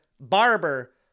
barber